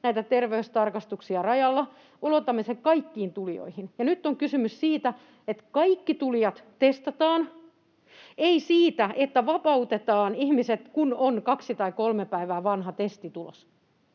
näitä terveystarkastuksia rajalla, kaikkiin tulijoihin. Ja nyt on kysymys siitä, että kaikki tulijat testataan, ei siitä, että vapautetaan ihmiset, kun on kaksi tai kolme päivää vanha testitulos.